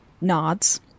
nods